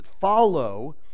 follow